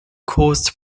caused